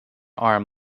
arm